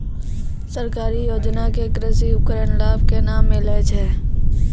सरकारी योजना के कृषि उपकरण लाभ केना मिलै छै?